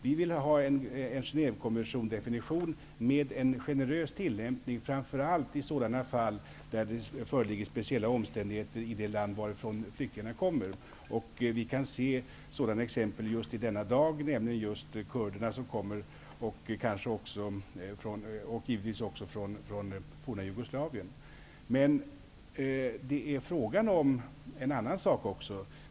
Vi vill ha en Genèvekonventiondefini tion med en generös tillämpning, framför allt i fall där det föreligger speciella omständigheter i det land varifrån flyktingarna kommer. Vi kan se så dana exempel just nu i form av de kurder som kommer hit och givetvis också människor från det forna Jugoslavien. Men det är också fråga om något annat.